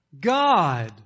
God